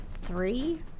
three